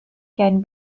can